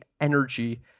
energy